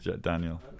Daniel